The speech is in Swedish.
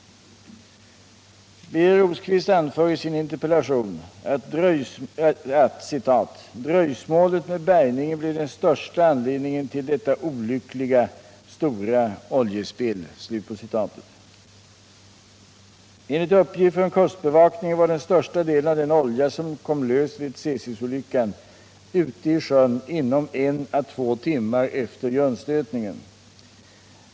Birger Rosqvist anför i sin interpellation att ”dröjsmålet med bärgningen blev den största anledningen till detta olyckliga, stora oljespill”. Enligt uppgift från kustbevakningen var den största delen av den olja, som kom lös vid Tsesisolyckan, ute i sjön inom en å två timmar efter grundstötningen.